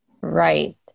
right